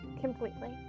completely